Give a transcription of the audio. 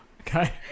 Okay